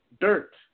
Dirt